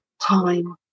time